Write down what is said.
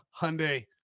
Hyundai